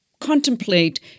contemplate